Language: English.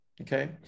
Okay